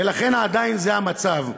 ולכן עדיין זה המצב.